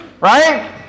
right